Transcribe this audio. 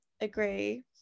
agree